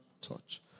touch